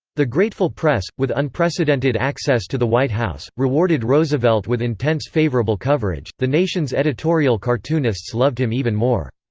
the grateful press, with unprecedented access to the white house, rewarded roosevelt with intense favorable coverage the nation's editorial cartoonists loved him even more.